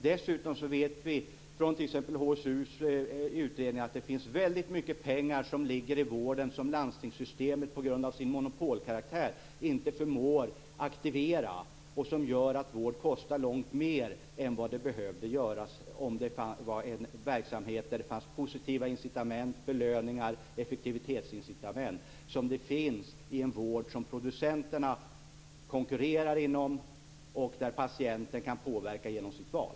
Dessutom vet vi från t.ex. HSU att det finns väldigt mycket pengar som ligger i vården som landstingssystemet på grund av sin monopolkaraktär inte förmår aktivera och som gör att vård kostar långt mer än vad den skulle behöva göra om det var en verksamhet där det fanns positiva incitament, belöningar, effektivitetsincitament såsom det finns i en vård som producenterna konkurrerar inom och där patienten kan påverka genom sitt val.